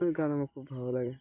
গান আমার খুব ভালো লাগে